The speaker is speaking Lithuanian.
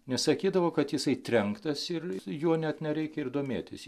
nes sakydavo kad jisai trenktas ir juo net nereikia ir domėtis